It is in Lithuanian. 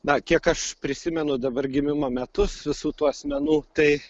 na kiek aš prisimenu dabar gimimo metus visų tų asmenų tai